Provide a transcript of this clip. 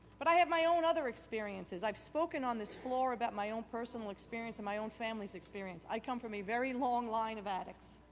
but i have my own other experiences. i have spoken on this floor about my own personal experience and my own family's experience. i come and from a very long line of addicts,